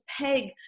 peg